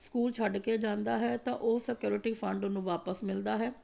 school ਛੱਡ ਕੇ ਜਾਂਦਾ ਹੈ ਤਾਂ ਉਹ ਸਕਿਓਰਟੀ ਫੰਡ ਉਹਨੂੰ ਵਾਪਸ ਮਿਲਦਾ ਹੈ